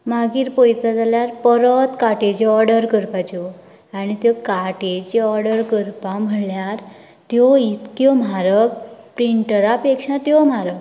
मागीर पयता जाल्यार परत कार्टेजी ऑर्डर करपाच्यो आनी त्यो कार्टेजी ऑर्डर करपा म्हळ्यार त्यो इतक्यो म्हारग प्रिन्टरा पेक्षा त्यो म्हारग